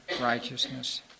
righteousness